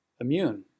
immune